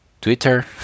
Twitter